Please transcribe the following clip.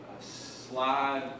slide